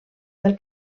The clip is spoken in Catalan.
del